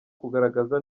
kugaragaza